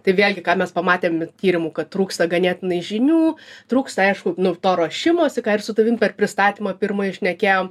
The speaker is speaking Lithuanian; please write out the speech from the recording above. tai vėlgi ką mes pamatėm tyrimu kad trūksta ganėtinai žinių trūksta aišku nu to ruošimosi ką ir su tavim per pristatymą pirmai šnekėjom